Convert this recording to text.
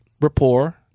rapport